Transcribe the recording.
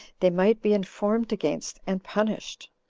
they might be informed against, and punished.